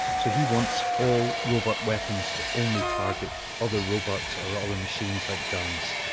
so he wants all robot weapons to only target other robots or other machines like guns.